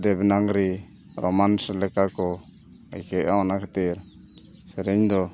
Devanagari Roman ᱞᱮᱠᱟ ᱠᱚ ᱟᱹᱭᱠᱟᱹᱣᱮᱜᱼᱟ ᱚᱱᱟ ᱠᱷᱟᱹᱛᱤᱨ ᱥᱮᱨᱮᱧ ᱫᱚ